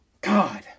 God